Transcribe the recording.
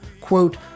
Quote